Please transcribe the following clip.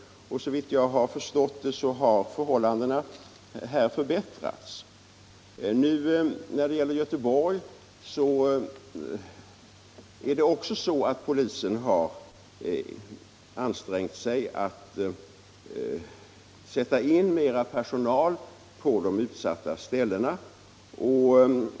Såvitt jag har förstått det, har förhållandena här förbättrats. Även i Göteborg har polisen ansträngt sig för att sätta in mera personal på de utsatta ställena.